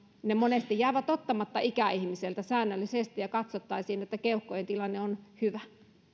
ne monesti jäävät ottamatta ikäihmisiltä säännöllisesti ja katsottaisiin että keuhkojen tilanne on hyvä